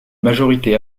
majorité